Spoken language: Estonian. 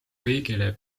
kõigile